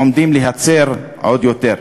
עומדים להצר עוד יותר.